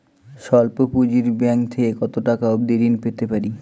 স্বল্প পুঁজির ব্যাংক থেকে কত টাকা অবধি ঋণ পেতে পারি?